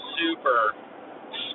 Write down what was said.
super